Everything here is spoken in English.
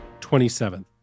27th